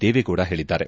ದೇವೇಗೌಡ ಹೇಳಿದ್ದಾರೆ